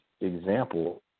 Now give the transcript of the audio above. example